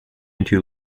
into